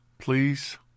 Please